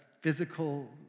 physical